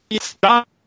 Stop